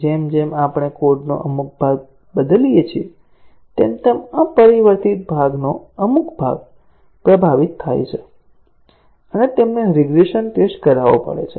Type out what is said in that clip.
જેમ જેમ આપણે કોડનો અમુક ભાગ બદલીએ છીએ તેમ તેમ અપરિવર્તિત કોડનો અમુક ભાગ પ્રભાવિત થાય છે અને તેમને રીગ્રેસન ટેસ્ટ કરાવવો પડે છે